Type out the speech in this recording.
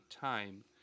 time